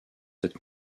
cette